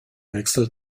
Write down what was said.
wechsel